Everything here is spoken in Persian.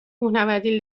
کوهنوردی